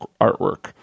artwork